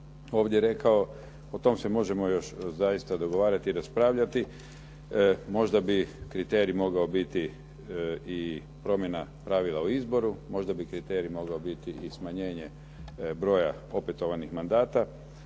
ovdje rekao. O tome se još možemo zaista dogovarati i raspravljati. Možda bi kriterij mogao biti i promjena pravila u izboru, možda bi kriterij mogao biti i smanjenje broja opetovanih mandata,